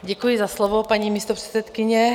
Děkuji za slovo, paní místopředsedkyně.